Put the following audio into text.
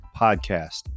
podcast